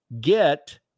get